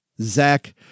Zach